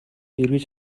эргэж